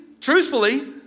truthfully